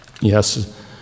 yes